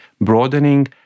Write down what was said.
broadening